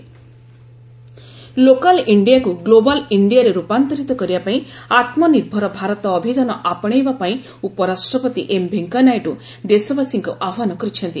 vice president local ଇଣ୍ଡାକୁ global ଇଣ୍ଡିଅରେ ରୂପାନ୍ତରିତ କରିବା ପାଇଁ ଆତ୍ମନିର୍ଭର ଭାରତ ଅଭିଯାନ ଆପଶେଇବା ପାଇଁ ଉପରାଷ୍ଟ୍ରପତି ଏମ ଭେଙ୍କୟାନାଇଡୁ ଦେଶବାସୀଙ୍କୁ ଆହ୍ୱାନ କରିଛନ୍ତି